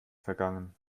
vergangen